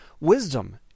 wisdom